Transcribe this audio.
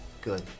good